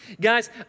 Guys